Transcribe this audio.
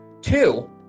Two